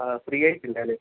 അത് ഫ്രീയായിട്ടില്ല അല്ലേ